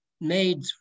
made